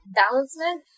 balancement